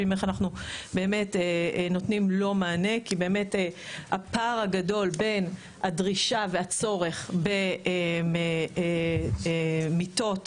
חלק מזה כי ראיתי חשיבות בנושא הזה שיהיו עוד מיטות